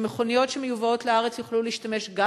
שמכוניות שמיובאות לארץ יוכלו להשתמש גם